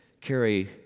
carry